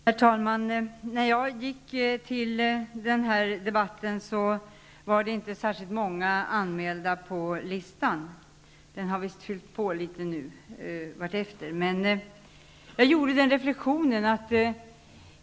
Herr talman! När jag gick till den här debatten var det inte särskilt många anmälda på talarlistan. Listan har visst fyllts på vartefter. Jag gjorde då en reflexion.